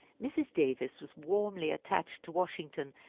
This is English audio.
mrs. davis was warmly attached to washington,